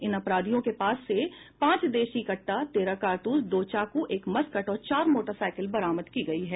इन अपराधियों के पास से पांच देशी कट्टा तेरह कारतूस दो चाकू एक मस्कट और चार मोटरसाईकिल बरामद की गयी है